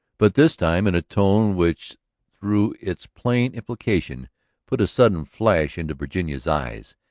but this time in a tone which through its plain implication put a sudden flash into virginia's eyes.